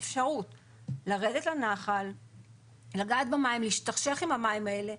אפשרות לרדת לנחל להשתכשך עם המים האלה,